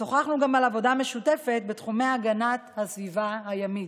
שוחחנו גם על עבודה משותפת בתחומי הגנת הסביבה הימית.